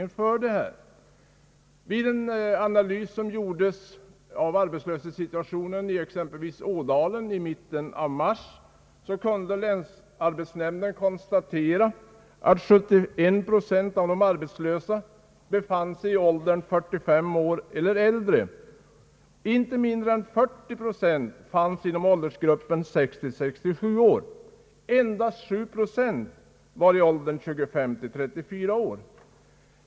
Vid en analys av arbetslöshetssituationen i Ådalen som gjordes av länsarbetsnämnden i mitten av mars, visade det sig att 71 procent av de arbetslösa tillhörde åldersgruppen 45 år och äldre. Inte mindre än 40 procent fanns inom åldersgruppen 60—067 år. Endast 7 procent var 25—34 år.